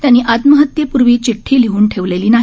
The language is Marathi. त्यांनी आत्महत्येपूर्वी चिठी लिहन ठेवलेली नाही